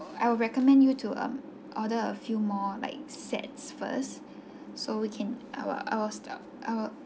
I would recommend you to um order a few more like sets first so we can our our staff our